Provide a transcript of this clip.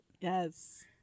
Yes